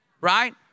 Right